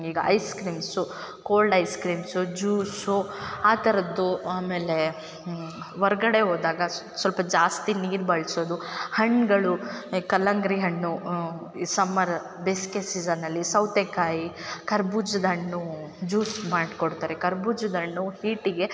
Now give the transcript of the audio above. ಈಗ ice creams cold ice creams juice ಆ ಥರದ್ದು ಅಮೇಲೆ ಹೊರ್ಗಡೆ ಹೋದಾಗ ಸ್ವಲ್ಪ ಜಾಸ್ತಿ ನೀರು ಬಳಸೋದು ಹಣ್ಣುಗಳು ಈ ಕಲ್ಲಂಗ್ಡಿ ಹಣ್ಣು ಈ ಸಮ್ಮರ್ ಬೇಸಿಗೆ ಸೀಸನ್ನಲ್ಲಿ ಸೌತೆಕಾಯಿ ಕರ್ಬುಜದ ಹಣ್ಣು ಜ್ಯೂಸ್ ಮಾಡಿಕೊಡ್ತಾರೆ ಕರ್ಬುಜದ ಹಣ್ಣು ಹೀಟಿಗೆ